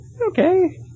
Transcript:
okay